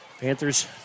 Panthers